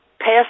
past